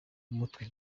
mutwe